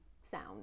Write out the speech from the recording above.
sound